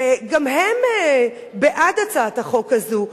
וגם הם בעד הצעת החוק הזאת,